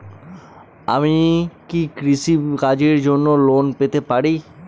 আমি কি কৃষি কাজের জন্য লোন পেতে পারি?